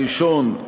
הראשון,